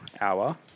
hour